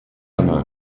она